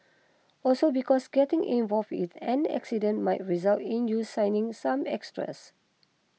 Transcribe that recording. also because getting involved in an accident might result in you signing some extras